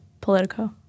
Politico